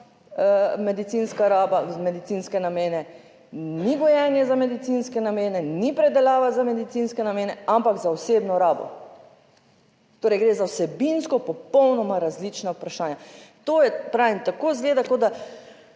medicinska raba v medicinske namene ni gojenje za medicinske namene, ni predelava za medicinske namene, ampak za osebno rabo. Torej, gre za vsebinsko popolnoma različna vprašanja. To je, pravim tako, izgleda, kot da